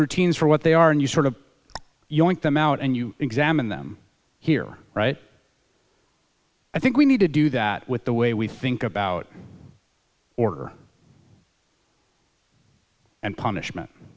routines for what they are and you sort of you want them out and you examine them here right i think we need to do that with the way we think about order and punishment